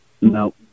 No